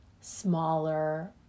smaller